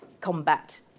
combat